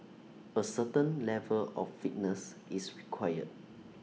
A certain level of fitness is required